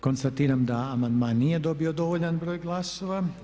Konstatiram da amandman nije dobio dovoljan broj glasova.